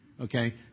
Okay